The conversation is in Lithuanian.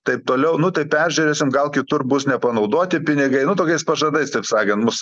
taip toliau nu tai peržiūrėsim gal kitur bus nepanaudoti pinigai nu tokiais pažadais taip sakant mus